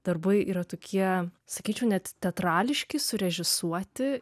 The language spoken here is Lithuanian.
darbai yra tokie sakyčiau net teatrališki surežisuoti